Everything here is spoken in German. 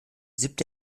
siebte